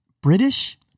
British